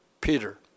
Peter